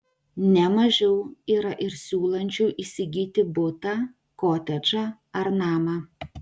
ne mažiau yra ir siūlančių įsigyti butą kotedžą ar namą